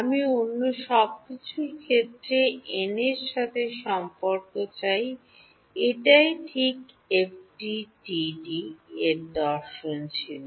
আমি অন্য সব কিছুর ক্ষেত্রে এন এর সাথে সম্পর্ক চাই এটাই ঠিক এফডিটিডি র দর্শন ছিল